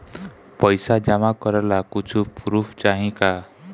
पैसा जमा करे ला कुछु पूर्फ चाहि का?